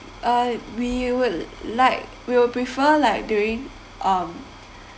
uh we will like we'll prefer like during um